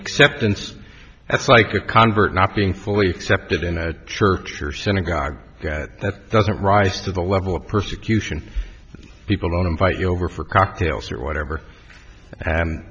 acceptance that's like a convert not being fully accepted in a church or synagogue that doesn't rise to the level of persecution people don't invite you over for cocktails or whatever